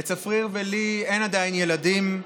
לצפריר ולי אין עדיין ילדים.